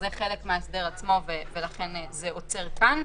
זה חלק מן ההסדר עצמו ולכן זה עוצר כאן.